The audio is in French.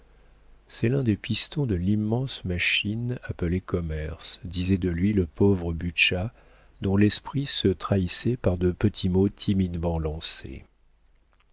c'est l'un des pistons de l'immense machine appelée commerce disait de lui le pauvre butscha dont l'esprit se trahissait par de petits mots timidement lancés